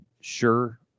sure